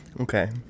Okay